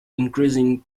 increasing